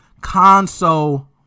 console